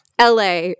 LA